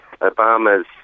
Obama's